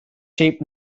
shaped